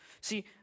See